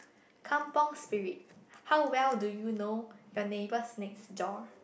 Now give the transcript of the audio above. kampung Spirit how well do you know your neighbours next door